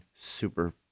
super